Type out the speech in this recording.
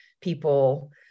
people